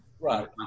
right